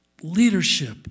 leadership